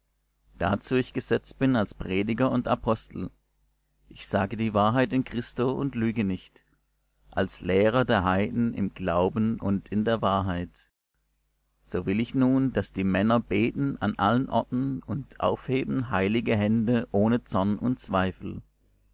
dazu ich gesetzt bin als prediger und apostel ich sage die wahrheit in christo und lüge nicht als lehrer der heiden im glauben und in der wahrheit so will ich nun daß die männer beten an allen orten und aufheben heilige hände ohne zorn und zweifel